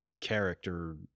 character